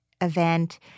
event